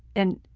and